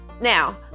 now